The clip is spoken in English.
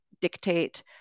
dictate